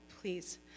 Please